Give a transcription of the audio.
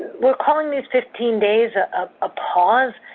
we're calling these fifteen days a pause,